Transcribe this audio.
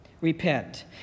Repent